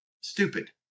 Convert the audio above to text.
Stupid